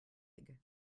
egg